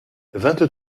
vingt